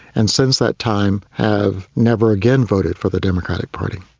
and since that time have never again voted for the democratic party.